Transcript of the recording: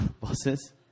bosses